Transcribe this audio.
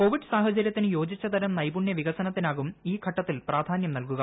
Covid സാഹചര്യത്തിനു യോജിച്ചു തരം നൈപുണ വികസനത്തിനാകും ഈ ഘട്ടത്തിൽ പ്രാധാന്യം നൽകുക